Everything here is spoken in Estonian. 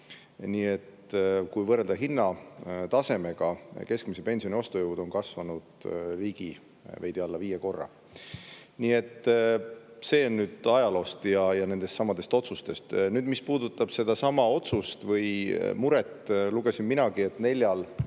Nii et kui võrrelda hinnatasemega, siis keskmise pensioni ostujõud on kasvanud veidi alla viie korra. Nii et seda ajaloost ja nendestsamadest otsustest. Mis puudutab sedasama otsust või muret. Lugesin minagi, et neljal